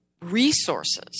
resources